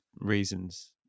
reasons